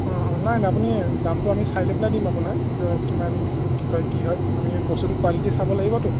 অঁ অঁ নাই নাই আপুনি দামটো আমি চাই লৈ পেলাই দিম আপোনাক কিমান কি কয় কি হয় আমি বস্তুটো কুৱালিটি চাব লাগিবতো